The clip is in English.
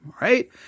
right